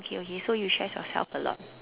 okay okay so you stress yourself a lot